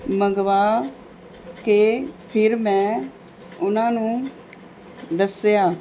ਮੰਗਵਾ ਕੇ ਫਿਰ ਮੈਂ ਉਹਨਾਂ ਨੂੰ ਦੱਸਿਆ